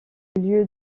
lieu